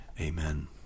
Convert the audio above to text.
Amen